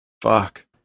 Fuck